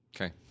Okay